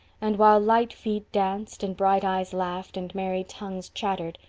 and, while light feet danced and bright eyes laughed and merry tongues chattered,